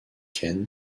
kent